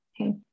Okay